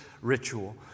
ritual